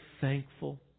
thankful